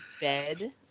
bed